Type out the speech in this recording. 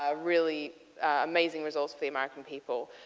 ah really amazing results for the american people.